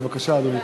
בבקשה, אדוני.